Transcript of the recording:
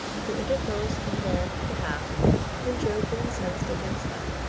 who interposed in their behalf when jove was incensed against them,